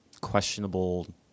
questionable